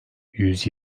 yüz